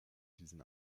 diesen